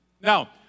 Now